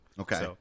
Okay